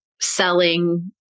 selling